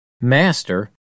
Master